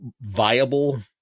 viable